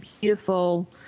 beautiful